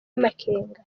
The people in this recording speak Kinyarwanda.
amakenga